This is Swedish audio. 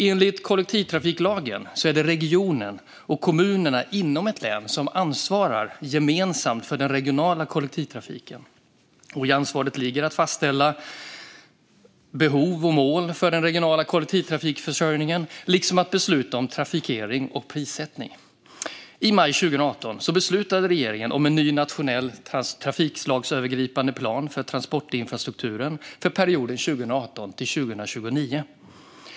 Enligt kollektivtrafiklagen är det regionen och kommunerna inom ett län som gemensamt ansvarar för den regionala kollektivtrafiken. I ansvaret ligger att fastställa behov och mål för den regionala kollektivtrafikförsörjningen liksom att besluta om trafikering och prissättning. I maj 2018 beslutade regeringen om en ny nationell trafikslagsövergripande plan för transportinfrastrukturen för perioden 2018-2029.